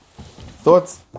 Thoughts